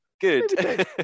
good